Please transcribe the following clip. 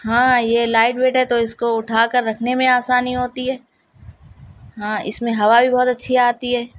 ہاں یہ light weight ہے تو اس کو اٹھا کر رکھنے میں آسانی ہوتی ہے ہاں اس میں ہوا بھی بہت اچھی آتی ہے